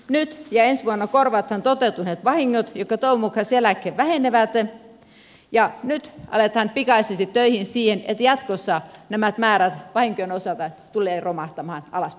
nyt ja ensi vuonna korvataan toteutuneet vahingot jotka toivon mukaan sen jälkeen vähenevät ja nyt aletaan pikaisesti töihin siinä että jatkossa nämä määrät vahinkojen osalta tulevat romahtamaan alaspäin